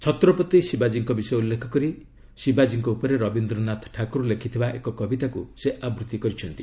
ଛତ୍ରପତି ଶିବାଜ୍ଞୀଙ୍କ ବିଷୟ ଉଲ୍ଲେଖ କରି ଶିବାଜୀଙ୍କ ଉପରେ ରବୀନ୍ଦ୍ରନାଥ ଠାକୁର ଲେଖିଥିବା ଏକ କବିତାକୁ ସେ ଆବୃତି କରିଛନ୍ତି